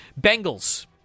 Bengals